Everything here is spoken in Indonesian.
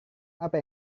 apa